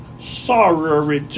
sorrow